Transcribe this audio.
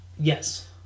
Yes